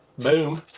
boom,